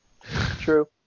True